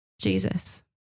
Jesus